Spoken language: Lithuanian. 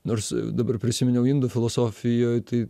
nors dabar prisiminiau indų filosofijoj tai